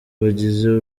bagize